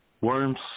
worms